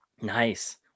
Nice